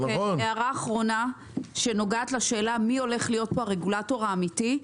הערה אחרונה שנוגעת לשאלה מי הולך להיות פה הרגולטור האמיתי.